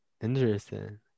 Interesting